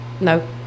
No